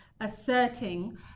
asserting